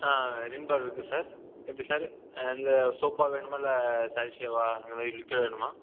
ஆ Rin bar இருக்குது sir எப்படி sir இந்த சோப்பா வேணுமா இல்லை சேஷேவா இந்த மாதிரி லிக்விட் வேணுமா